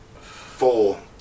Four